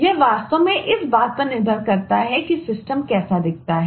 यह वास्तव में इस बात पर निर्भर करता है कि सिस्टम कैसे दिखता है